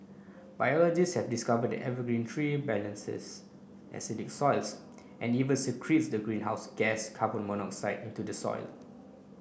biologist have discovered the evergreen tree balances acidic soils and even secretes the greenhouse gas carbon monoxide into the soil